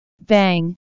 bang